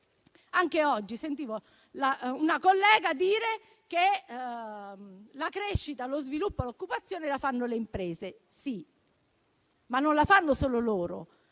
Anche oggi sentivo una collega dire che la crescita, lo sviluppo e l'occupazione le fanno le imprese. Sì, ma non le fanno solo loro.